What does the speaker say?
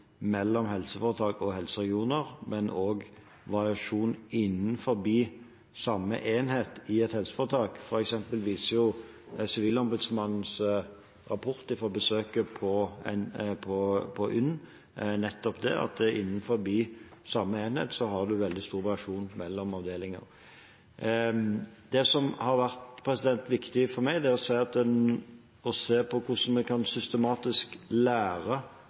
samme enhet i et helseforetak. For eksempel viser jo Sivilombudsmannens rapport fra besøket på UNN nettopp det, at innenfor samme enhet er det stor variasjon mellom avdelinger. Det som har vært viktig for meg, er å se på hvordan man systematisk kan lære av dem som får til gode løsninger, og jobbe for at den kunnskapen blir tatt i bruk på